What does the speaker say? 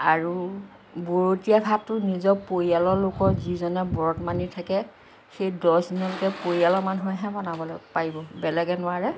আৰু বৰতীয়া ভাতো নিজৰ পৰিয়ালৰ লোকৰ যিজনে ব্ৰত মানি থাকে সেই দহদিনলৈকে পৰিয়ালৰ মানুহেহে বনাবলৈ পাৰিব বেলেগে নোৱাৰে